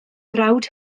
frawd